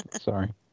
Sorry